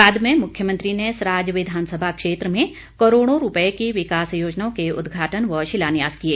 बाद में मुख्यमंत्री ने सराज विधानसभा क्षेत्र में करोड़ों रूपए की विकास योजनाओं के उद्घाटन व शिलान्यास किए